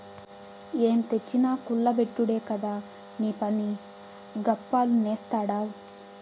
ఏం తెచ్చినా కుల్ల బెట్టుడే కదా నీపని, గప్పాలు నేస్తాడావ్